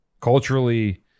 culturally